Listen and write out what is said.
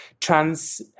trans